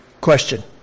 Question